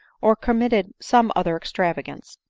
or committed some other extravagance.